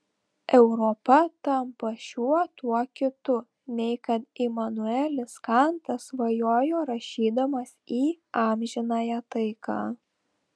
europa tampa šiuo tuo kitu nei kad imanuelis kantas svajojo rašydamas į amžinąją taiką